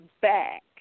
back